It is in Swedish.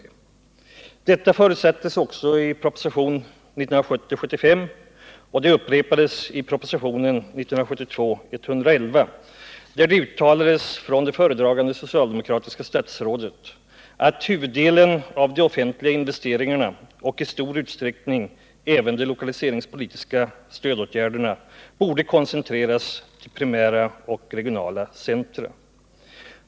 Detta förutsattes också i propositionen 1970:75 och det upprepades i propositionen 1972:111, där det av det föredragande socialdemokratiska statsrådet uttalades att huvuddelen av de offentliga investeringarna och i stor utsträckning även de lokalpolitiska stödåtgärderna borde koncentreras till primära och regionala centra.